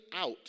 out